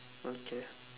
okay